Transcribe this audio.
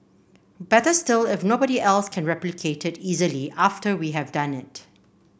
better still if nobody else can replicate it easily after we have done it